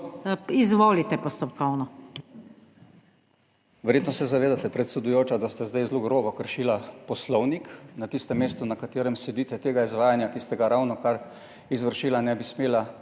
ČERNAČ (PS SDS):** Verjetno se zavedate, predsedujoča, da ste zdaj zelo grobo kršila poslovnik. Na tistem mestu, na katerem sedite tega izvajanja, ki ste ga ravnokar izvršila, ne bi smela